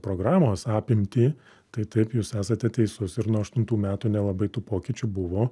programos apimtį tai taip jūs esate teisus ir nuo aštuntų metų nelabai tų pokyčių buvo